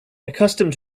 accustomed